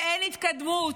ואין התקדמות,